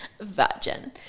Virgin